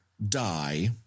die